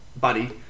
Buddy